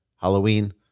Halloween